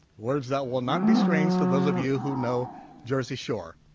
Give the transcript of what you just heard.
words that will not be strange to those of you who know jersey shore